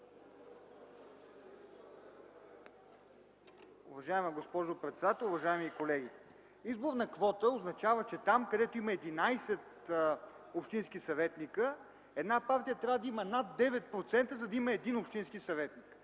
Уважаема госпожо председател, уважаеми колеги! Изборна квота означава, че там, където има 11 общински съветника, една партия трябва да има над 9%, за да има един общински съветник.